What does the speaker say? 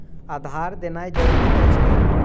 आधार देनाय जरूरी अछि की?